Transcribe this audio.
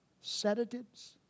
sedatives